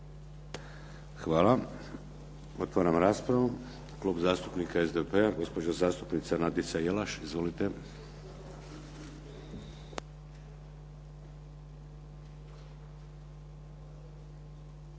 Hvala. Otvaram raspravu. Klub zastupnika SDP-a gospođa zastupnica Nadica Jelaš. Izvolite.